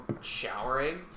showering